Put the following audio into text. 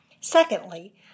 Secondly